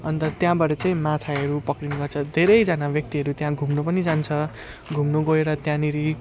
अन्त त्यहाँबाट चाहिँ माछाहरू पक्रिने गर्छ धेरैजना व्यक्तिहरू त्यहाँ घुम्नु पनि जान्छ घुम्नु गएर त्यहाँनिर